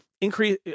increase